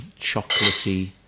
chocolatey